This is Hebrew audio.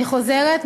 אני חוזרת,